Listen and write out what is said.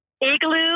Igloo